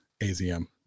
AZM